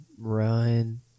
run